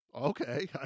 Okay